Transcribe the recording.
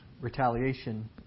retaliation